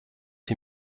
die